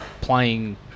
playing